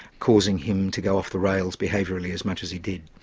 causing him to go off the rails behaviourally as much as he did.